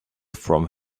from